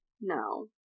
No